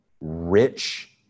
Rich